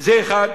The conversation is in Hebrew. זה דבר אחד.